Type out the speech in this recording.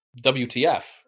WTF